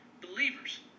believers